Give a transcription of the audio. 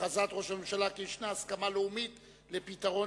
הכרזת ראש הממשלה כי יש הסכמה לאומית לפתרון